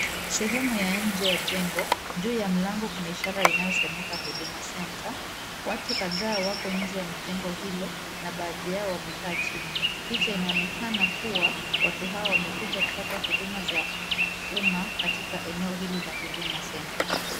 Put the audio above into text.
Sehemu ya nje ya jengo ,juu ya mlango kuna ishara inayosemeka Huduma Centre ,watu kadhaa wako nje ya jengo hilo na baadhi yao wamekaa chini ,picha inaonekana kua watu hawa wamekuja kupata huduma za umma katika eneo hili la Huduma Centre.